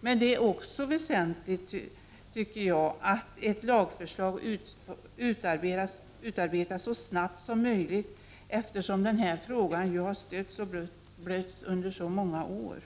Det är väsentligt att ett lagförslag utarbetas så snabbt som möjligt, eftersom denna fråga har stötts och blötts under så många år.